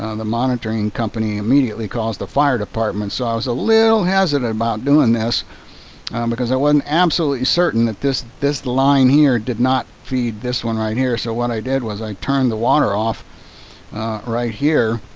ah the monitoring company immediately calls the fire department. so i was a little hesitant about doing this because i wasn't absolutely certain that this this line here did not feed this one right here. so what i did was. i turned the water off right here